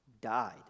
died